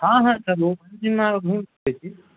हँ हँ सर मधुबनीमे घूमि सकैत छी